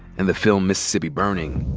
and the film mississippi burning.